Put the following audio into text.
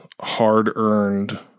hard-earned